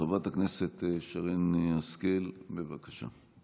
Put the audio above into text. חברת הכנסת שרן השכל, בבקשה.